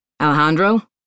Alejandro